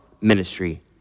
ministry